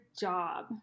job